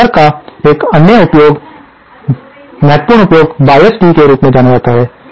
एक कपलर का एक अन्य महत्वपूर्ण अनुप्रयोग बायस्ड टी के रूप में जाना जाता है